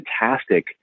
fantastic